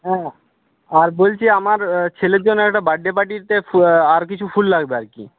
হ্যাঁ আর বলছি আমার ছেলের জন্য একটা বার্থডে পার্টিতে আর কিছু ফুল লাগবে আর কি